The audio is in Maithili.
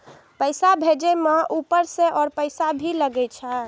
पैसा भेजे में ऊपर से और पैसा भी लगे छै?